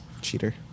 Cheater